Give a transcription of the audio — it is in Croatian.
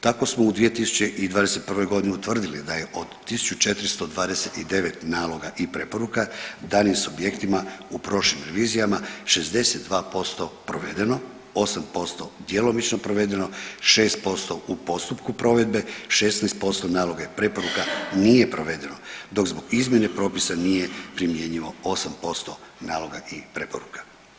Tako smo u 2021. godini utvrdili da je od 1429 naloga i preporuka danim subjektima u prošlim revizijama 62% provedeno, 8% djelomično provedeno, 6% u postupku provedbe, 16% naloga i preporuka nije provedeno, dok zbog izmjene propisa nije primjenjivo 8% naloga i preporuka.